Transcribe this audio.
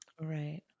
Right